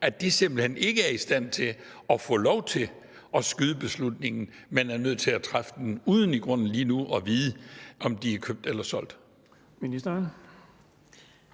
at de simpelt hen ikke er i stand til at få lov til at skyde beslutningen, men er nødt til at træffe den uden i grunden lige nu at vide, om de er købt eller solgt.